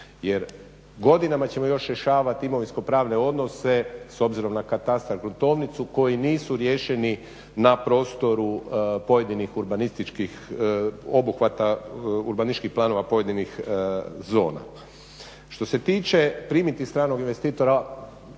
jer godinama ćemo još rješavati imovinskopravne odnose s obzirom na katastar i gruntovnicu koji nisu riješeni na prostoru pojedinih urbanističkih planova pojedinih zona. Što se tiče primiti stranog investitora